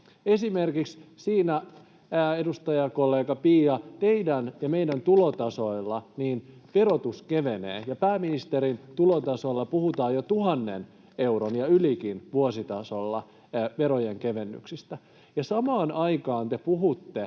esimerkiksi, edustajakollega Pia, teidän ja meidän tulotasoilla verotus kevenee ja pääministerin tulotasolla puhutaan vuositasolla jo tuhannen euron ja ylikin verojen kevennyksistä. Te puhutte